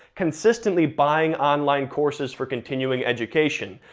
consistently buying online courses for continuing education.